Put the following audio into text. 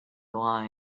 line